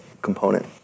component